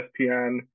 ESPN